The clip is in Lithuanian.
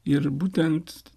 ir būtent